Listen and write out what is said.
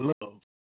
love